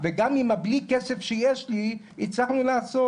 וגם עם הבלי כסף שיש לי הצלחנו לעשות.